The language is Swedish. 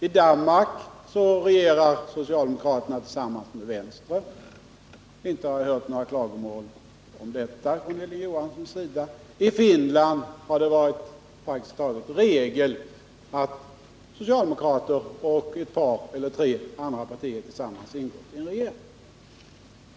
I Danmark regerar socialdemokraterna tillsammans med venstre — inte har jag hört några klagomål om det från Hilding Johansson. I Finland har det varit praktiskt taget regel att socialdemokrater och ett par eller tre andra partier tillsammans ingått i en regering.